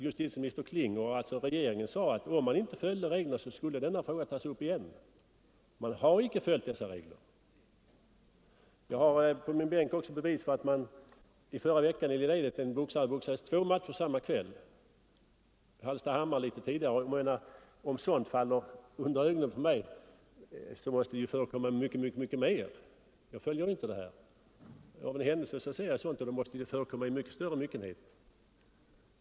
Justitieminister Kling och regeringen sade att om man inte följde reglerna skulle denna fråga tas upp igen. Man har icke följt dessa regler. Jag har på min bänk också bevis för att en boxare i Lilla Edet boxades två matcher samma kväll. Om sådant faller under mina ögon, som inte följer detta, måste det förekomma mycket mycket mer. Av en händelse ser jag sådant och då måste det förekomma i mycket större utsträckning.